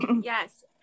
Yes